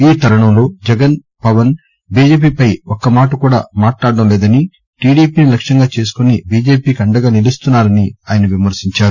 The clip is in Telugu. ఈ తరుణంలో జగన్ పవన్ బిజెపిలపై ఒక్క మాటకూడా మాట్లాదడంలేదనిటిడిపిని లక్ష్యంగా చేసుకుని బిజెపికి అండగా నిలుస్తున్నారని విమర్గించారు